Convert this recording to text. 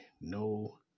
no